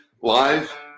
live